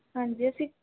ਹਾਂਜੀ ਅਸੀਂ